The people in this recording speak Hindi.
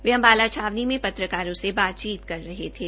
वह अम्बाला छावनी में पत्रकारों से बातचीत कर रहे थे